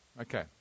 Okay